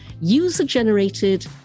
user-generated